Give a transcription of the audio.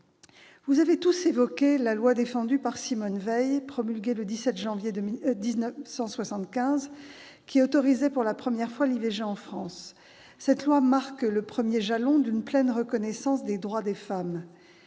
Vous avez tous évoqué la loi défendue par Simone Veil, promulguée le 17 janvier 1975, qui autorisait pour la première fois l'IVG en France. Cette loi marque le premier jalon d'une pleine reconnaissance des droits des femmes.